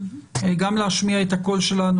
גם להשמיע את הקול שלנו,